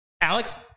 alex